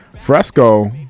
fresco